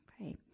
okay